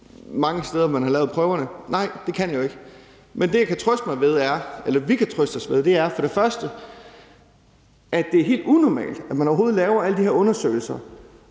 mange steder, hvor man har lavet prøverne? Nej, det kan jeg jo ikke. Men det, jeg kan trøste mig ved, eller vi kan trøste os ved, er for det første, at det er helt unormalt, at man overhovedet laver alle de her undersøgelser